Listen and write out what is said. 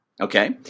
Okay